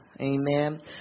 amen